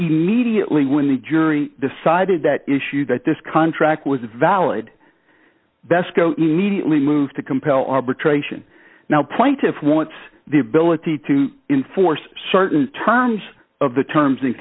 mediately when the jury decided that issue that this contract was a valid best move to compel arbitration now plaintiff wants the ability to enforce certain terms of the terms and